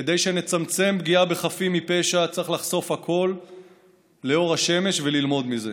כדי שנצמצם פגיעה בחפים מפשע צריך לחשוף הכול לאור השמש וללמוד מזה.